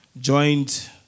joint